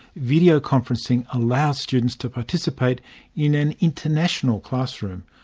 videoconferencing allows students to participate in an international classroom,